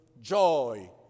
Joy